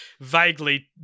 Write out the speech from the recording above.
vaguely